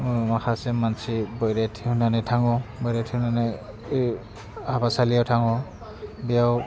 माखासे मानसि थाङो बैराथिफोरा हाबासालियाव थाङो बेयाव